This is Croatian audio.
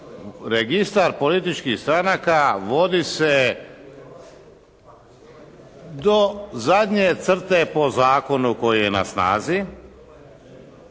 Registar političkih stranaka vodi se do zadnje crte po zakonu koji je na snazi.